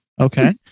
Okay